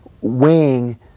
weighing